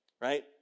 right